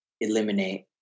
Eliminate